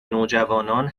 نوجوانان